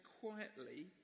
quietly